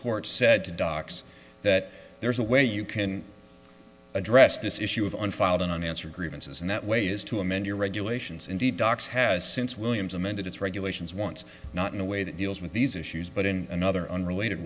court said to docs that there's a way you can address this issue of unfiled and unanswered grievances and that way is to amend your regulations indeed dox has since williams amended its regulations once not in a way that deals with these issues but in another unrelated